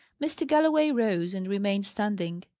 mr. galloway rose and remained standing.